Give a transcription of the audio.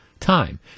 Time